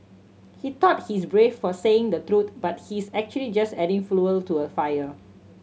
he thought he's brave for saying the truth but he's actually just adding fuel to the fire